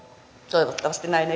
toivottavasti näin